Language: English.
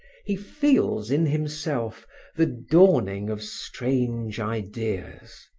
he feels in himself the dawning of strange ideas.